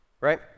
right